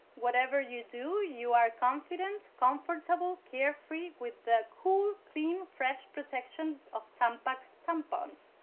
whatever you do, you are confident, comfortable, carefree with the cool, clean, fresh protection of tampax tampons.